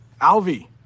Alvi